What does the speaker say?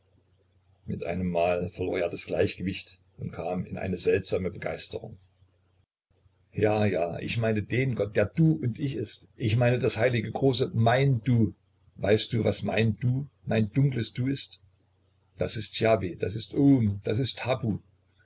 mit einem mal verlor er das gleichgewicht und kam in eine seltsame begeisterung ja ja ich meine den gott der du und ich ist ich meine das heilige große mein du weißt du was mein du mein dunkles du ist das ist jahveh das ist oum das ist tabu